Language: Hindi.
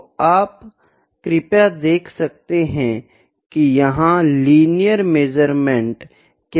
तो क्या आप कृपया देख सकते हैं कि यहाँ लीनियर मेज़रमेंट क्या है